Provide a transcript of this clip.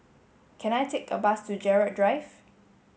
can I take a bus to Gerald Drive